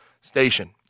station